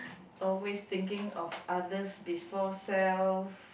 always thinking of others before self